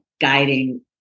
guiding